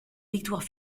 victoire